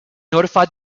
notified